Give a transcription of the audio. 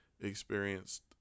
experienced